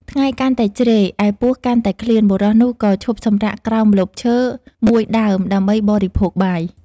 ថ្ងៃកាន់តែជ្រេ ឯពោះ កាន់តែឃ្លាន បុរសនោះក៏ឈប់សំរាកក្រោមម្លប់ឈើ មួយដើមដើម្បីបរិភោគបាយ ។